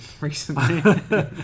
recently